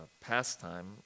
pastime